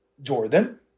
Jordan